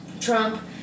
Trump